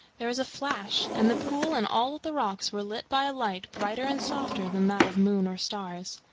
there was a flash, and the pool and all the rocks were lit by a light brighter and softer than that of moon or stars.